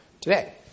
today